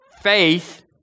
faith